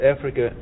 Africa